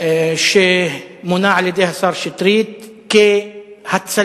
שמונה על-ידי השר שטרית כהצלה